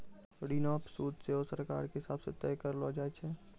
ऋणो पे सूद सेहो सरकारो के हिसाब से तय करलो जाय छै